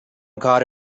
کار